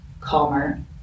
calmer